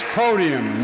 podium